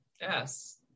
yes